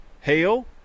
hail